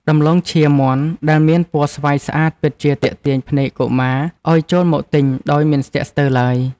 ដំឡូងឈាមមាន់ដែលមានពណ៌ស្វាយស្អាតពិតជាទាក់ទាញភ្នែកកុមារឱ្យចូលមកទិញដោយមិនស្ទាក់ស្ទើរឡើយ។